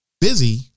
busy